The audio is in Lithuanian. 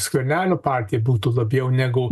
skvernelio partija būtų labiau negu